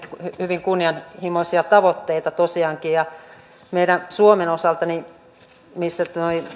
hyvin kunnianhimoisia tavoitteita tosiaankin meidän suomen osalta missä